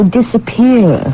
disappear